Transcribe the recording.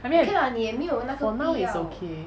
I mean like for now it's okay